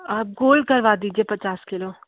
आप गोल करवा दीजिए पचास किलो